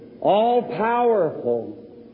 all-powerful